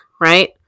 right